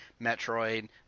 Metroid